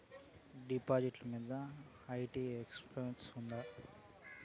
డిపాజిట్లు మీద IT exemption ఉందా?